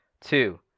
Two